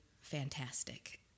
fantastic